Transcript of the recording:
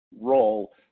role